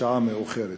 בשעה מאוחרת.